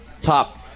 top